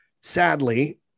sadly